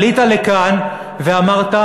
עלית לכאן ואמרת,